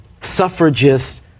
suffragists